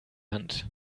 hand